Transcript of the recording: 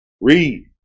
Read